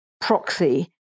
proxy